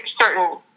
certain